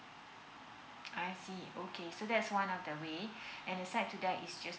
I see okay so that's one of the way and aside to that is just